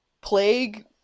plague